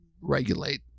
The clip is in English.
regulate